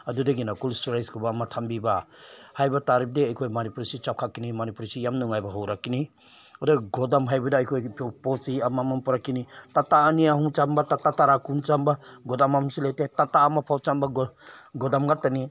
ꯑꯗꯨꯗꯒꯤꯅ cold ꯏꯁꯇꯣꯔꯦꯖꯀꯨꯝꯕ ꯑꯃ ꯊꯝꯕꯤꯕ ꯍꯥꯏꯕ ꯇꯥꯔꯕꯗꯤ ꯑꯩꯈꯣꯏ ꯃꯅꯤꯄꯨꯔꯁꯤ ꯆꯥꯎꯈꯠꯀꯅꯤ ꯃꯅꯤꯄꯨꯔꯁꯤ ꯌꯥꯝ ꯅꯨꯡꯉꯥꯏꯕ ꯍꯧꯔꯛꯀꯅꯤ ꯑꯗꯣ ꯒꯣꯗꯥꯎꯟ ꯍꯥꯏꯕꯗ ꯑꯩꯈꯣꯏ ꯄꯣꯠꯁꯤ ꯑꯃ ꯑꯃ ꯄꯣꯔꯛꯀꯅꯤ ꯇꯥꯇꯥ ꯑꯅꯤ ꯑꯍꯨꯝ ꯆꯪꯕ ꯇꯥꯇꯥ ꯇꯔꯥ ꯀꯨꯟ ꯆꯪꯕ ꯒꯣꯗꯥꯎꯟ ꯑꯃꯁꯨ ꯂꯩꯇꯦ ꯇꯥꯇꯥ ꯑꯃꯐꯥꯎ ꯆꯪꯕ ꯒꯣꯗꯥꯎꯟ ꯉꯥꯛꯇꯅꯤ